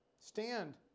Stand